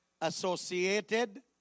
associated